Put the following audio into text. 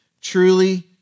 Truly